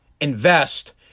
invest